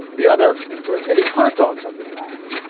the other rotating hotdogs under glass.